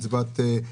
גם